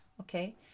okay